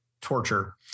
torture